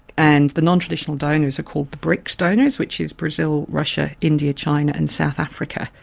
and the non-traditional donors are called the brics donors which is brazil, russia, india, china and south africa,